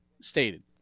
Stated